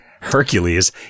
Hercules